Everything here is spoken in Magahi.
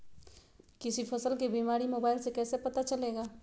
किसी फसल के बीमारी मोबाइल से कैसे पता चलेगा?